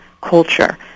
culture